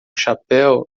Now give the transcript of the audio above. chapéu